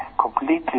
completely